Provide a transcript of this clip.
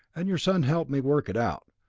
and your son helped me work it out.